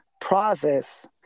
process